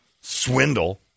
swindle